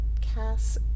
Cass